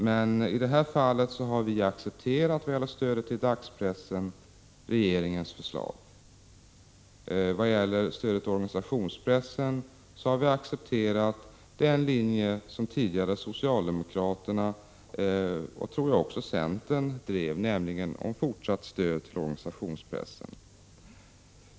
Men i det här fallet har vi accepterat regeringens förslag vad gäller stödet till dagspressen. I fråga om stödet till organisationspressen har vi accepterat den linje som tidigare socialdemokraterna — och jag tror också centern — drev, nämligen fortsatt stöd till organisationspressen.